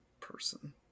person